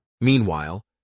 Meanwhile